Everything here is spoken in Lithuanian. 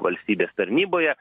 valstybės tarnyboje